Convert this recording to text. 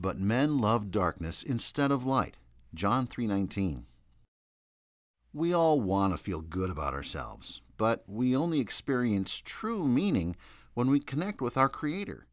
but men love darkness instead of light john three nineteen we all want to feel good about ourselves but we only experience true meaning when we connect with our creator